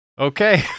okay